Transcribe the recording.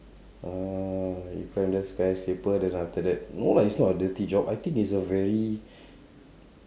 oh you climb the skyscraper then after that no lah it's not a dirty job I think is a very